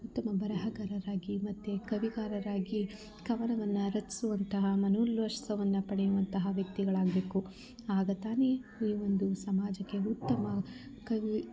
ಉತ್ತಮ ಬರಹಗಾರರಾಗಿ ಮತ್ತು ಕವಿಕಾರರಾಗಿ ಕವನವನ್ನು ರಚಿಸುವಂತಹ ಮನೋಲ್ಲಾಸವನ್ನು ಪಡೆಯುವಂತಹ ವ್ಯಕ್ತಿಗಳಾಗಬೇಕು ಆಗ ತಾನೆ ಈ ಒಂದು ಸಮಾಜಕ್ಕೆ ಉತ್ತಮ ಕವಿ